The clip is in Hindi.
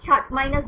छात्र 2